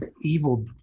evil